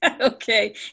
Okay